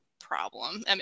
problem